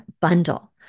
bundle